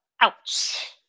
ouch